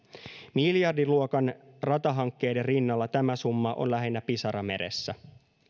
miljardiluokan ratahankkeiden rinnalla tämä summa on lähinnä pisara meressä